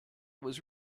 was